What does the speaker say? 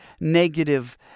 negative